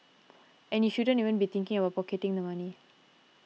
and you shouldn't even be thinking about pocketing the money